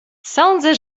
sądzę